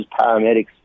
paramedics